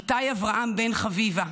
איתי אברהם בן חביבה,